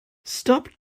stop